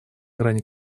грани